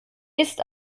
ist